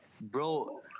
Bro